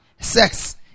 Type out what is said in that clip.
sex